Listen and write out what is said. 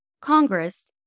Congress